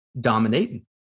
dominating